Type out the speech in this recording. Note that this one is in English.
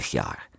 jaar